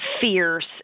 fierce